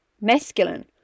masculine